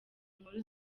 nkuru